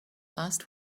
last